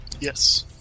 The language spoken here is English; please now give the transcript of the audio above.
yes